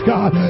God